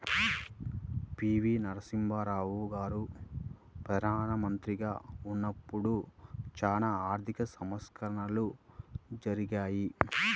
పి.వి.నరసింహారావు గారు ప్రదానమంత్రిగా ఉన్నపుడు చానా ఆర్థిక సంస్కరణలు జరిగాయి